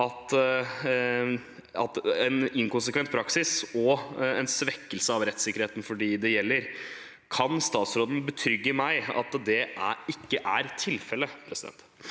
bety en inkonsekvent praksis og en svekkelse av rettssikkerheten for dem det gjelder. Kan statsråden betrygge meg om at det ikke er tilfellet?